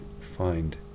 find